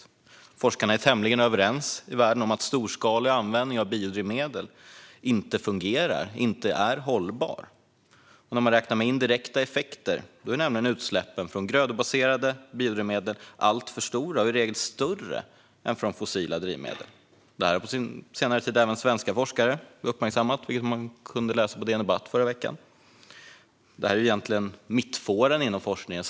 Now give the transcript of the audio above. Världens forskare är tämligen överens om att storskalig användning av biodrivmedel inte fungerar och inte är hållbar. Räknar vi med indirekta effekter är utsläppen från grödobaserade biodrivmedel alltför stora och i regel större än från fossila drivmedel. På senare tid har även svenska forskare uppmärksammat detta, vilket vi kunde läsa om på DN Debatt i förra veckan. Detta är egentligen mittfåran inom forskningen.